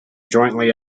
jointly